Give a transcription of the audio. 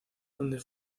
donde